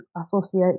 associate